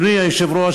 אדוני היושב-ראש,